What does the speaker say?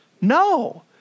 No